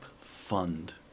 fund